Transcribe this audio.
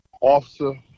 officer